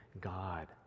God